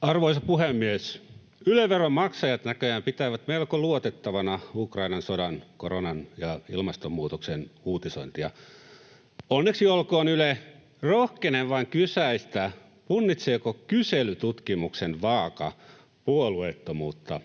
Arvoisa puhemies! Yle-veron maksajat näköjään pitävät melko luotettavana Ukrainan sodan, koronan ja ilmastonmuutoksen uutisointia. Onneksi olkoon, Yle! Rohkenen vain kysäistä, punnitseeko kyselytutkimuksen vaaka puolueettomuutta